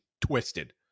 twisted